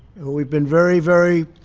we've been very, very.